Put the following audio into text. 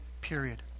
period